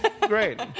Great